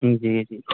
جی جی